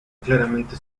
claramente